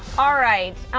all right.